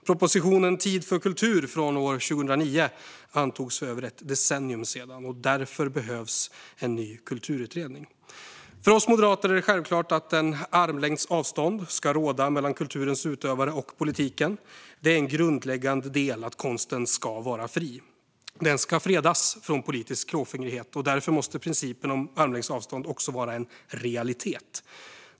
Propositionen Tid för kultur från år 2009 antogs för över ett decennium sedan. Därför behövs en ny kulturutredning. För oss moderater är det självklart att armlängds avstånd ska råda mellan kulturens utövare och politiken. Det är en grundläggande del att konsten ska vara fri. Den ska fredas från politisk klåfingrighet, och därför måste principen om armlängds avstånd också vara en realitet.